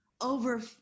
over